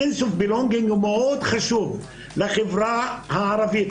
תחושת השייכות מאוד חשובה לחברה הערבית,